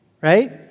right